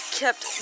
kept